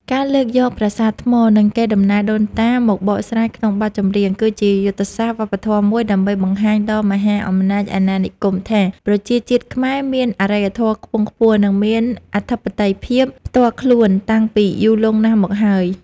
ការលើកយកប្រាសាទថ្ម និងកេរដំណែលដូនតាមកបកស្រាយក្នុងបទចម្រៀង គឺជាយុទ្ធសាស្ត្រវប្បធម៌មួយដើម្បីបង្ហាញដល់មហាអំណាចអាណានិគមថា ប្រជាជាតិខ្មែរមានអរិយធម៌ខ្ពង់ខ្ពស់ និងមានអធិបតេយ្យភាពផ្ទាល់ខ្លួនតាំងពីយូរលង់ណាស់មកហើយ